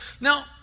Now